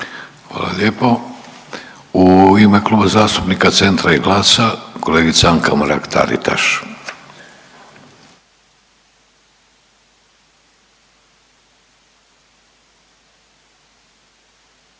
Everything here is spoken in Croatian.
Hvala lijepo. U ime Kluba zastupnika Centra i GLAS-a kolegica Anka Mrak Taritaš.